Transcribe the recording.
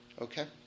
Okay